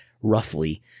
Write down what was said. roughly